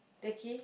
Turkey